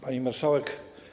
Pani Marszałek!